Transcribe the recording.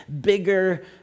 bigger